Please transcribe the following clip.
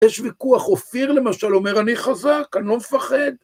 יש ויכוח אופיר, למשל, אומר אני חזק, אני לא מפחד.